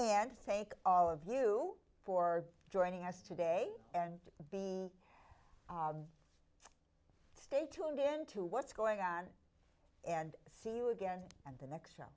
and take all of you for joining us today and be stay tuned into what's going on and see you again and